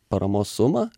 paramos sumą